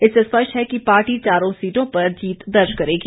इससे स्पष्ट है कि पार्टी चारों सीटों पर जीत दर्ज करेगी